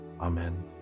Amen